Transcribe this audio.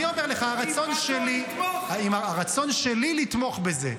אני אומר לך, הרצון שלי לתמוך בזה.